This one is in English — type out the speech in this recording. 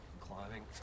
Climbing